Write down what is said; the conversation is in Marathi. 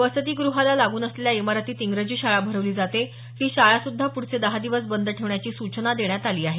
वसतीगृहाला लागून असलेल्या इमारतीत इंग्रजी शाळा भरवली जाते ही शाळा सुध्दा पुढचे दहा दिवस बंद ठेवण्याची सूचना देण्यात आली आहे